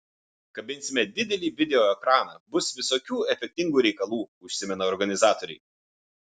kabinsime didelį video ekraną bus visokių efektingų reikalų užsimena organizatoriai